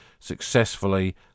successfully